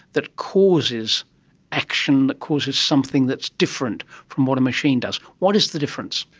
that causes action, that causes something that's different from what a machine does. what is the difference?